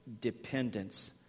dependence